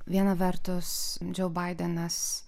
viena vertus džo baidenas